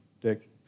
Dick